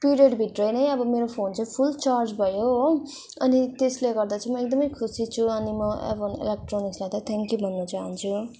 पिरियडभित्र नै अब मेरो फोन चाहिँ फुल चार्ज भयो हो अनि त्यसले गर्दा चाहिँ म एकदमै खुशी छु अनि म एभोन इलोक्ट्रनिक्सलाई चाहिँ थ्याङकयू भन्न चाहन्छु